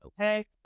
okay